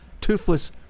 toothless